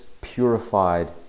purified